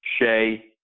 Shea